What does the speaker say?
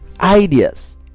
ideas